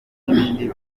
n’ibindi